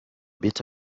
bit